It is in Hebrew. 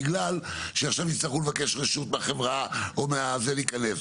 בגלל שעכשיו יצטרכו לבקש אישור מהחברה בשביל להיכנס.